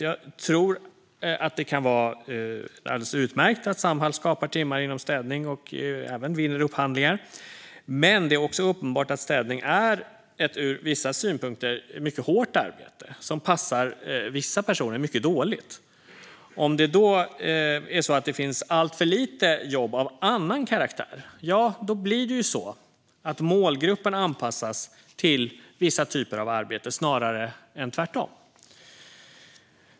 Jag tror att det kan vara alldeles utmärkt att Samhall skapar timmar inom städning och även vinner upphandlingar. Men det är också uppenbart att städning är ett ur vissa synpunkter mycket hårt arbete som passar vissa personer mycket dåligt. Om det då finns alltför lite jobb av annan karaktär blir det ju så att målgruppen anpassas till vissa typer av arbeten snarare än tvärtom.